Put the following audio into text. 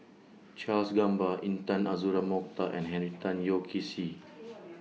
Charles Gamba Intan Azura Mokhtar and Henry Tan Yoke See